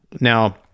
Now